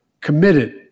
Committed